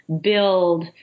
build